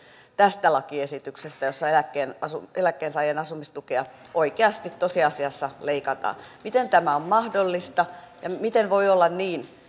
tästä lakiesityksestä jossa eläkkeensaajien asumistukea oikeasti tosiasiassa leikataan miten tämä on mahdollista ja miten voi olla niin